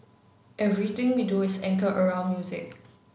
everything we do is anchor around music